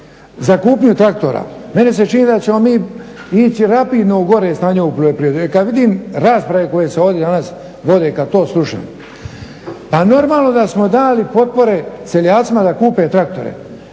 za kupnju traktora. Meni se čini da ćemo mi ići rapidno u gore stanje u poljoprivredi kad vidim rasprave koje se ovdje danas vode, kad to slušam. Pa normalno da smo dali potpore seljacima da kupe traktore.